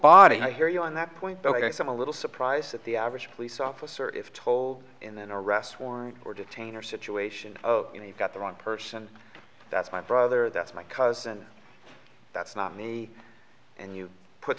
body i hear you on that point but like i said a little surprise at the average police officer if told in and arrest warrant or detain or situation you've got the wrong person that's my brother that's my cousin that's not me and you put